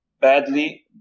badly